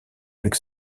avec